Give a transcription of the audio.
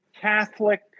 Catholic